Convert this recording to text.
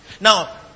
Now